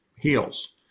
heels